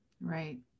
right